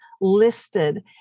listed